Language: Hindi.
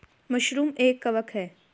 मशरूम एक कवक है